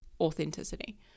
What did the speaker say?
authenticity